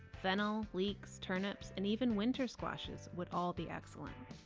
fennel, leeks, turnips, and even winter squashes would all be excellent.